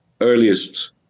earliest